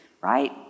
right